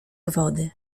wody